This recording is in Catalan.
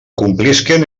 complisquen